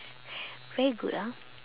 very good ah